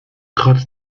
trotz